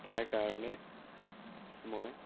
তাৰ কাৰণে মই